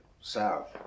south